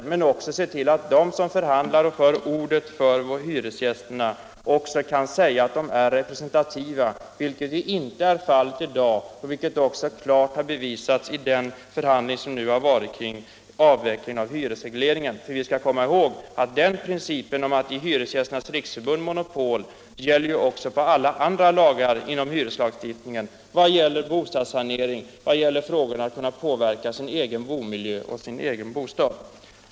Men man måste också se till att de som förhandlar och för ordet för hyresgästerna är representativa, vilket inte är fallet i dag. Det har klart bevisats i de förhandlingar som nu ägt och äger rum i samband med avvecklingen av hyresregleringen. Vi skall komma ihåg att principen att ge Hyresgästernas riksförbund monopol gäller också i fråga om alla andra lagar inom hyreslagstiftningen, t.ex. vad gäller bostadssaneringen och frågan att kunna påverka sin egen bostadsmiljö och sin egen bostad.